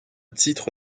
titre